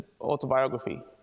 autobiography